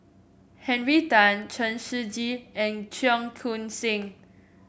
Henry Tan Chen Shiji and Cheong Koon Seng